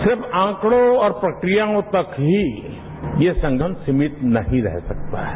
सिर्फ आंकड़ों और प्रक्रियाओं तक ही यह संगठन सीमित नहीं रह सकता है